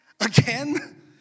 Again